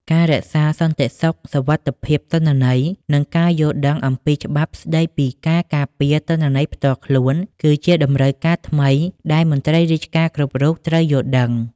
ការរក្សាសន្តិសុខសុវត្ថិភាពទិន្នន័យ និងការយល់ដឹងអំពីច្បាប់ស្តីពីការការពារទិន្នន័យផ្ទាល់ខ្លួន គឺជាតម្រូវការថ្មីដែលមន្ត្រីរាជការគ្រប់រូបត្រូវយល់ដឹង។